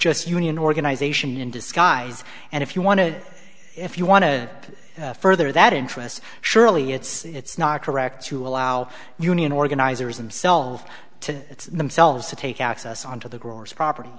just union organization in disguise and if you want to if you want to further that interest surely it's not correct to allow union organizers and selves to themselves to take access on to the growers property